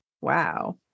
Wow